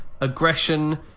aggression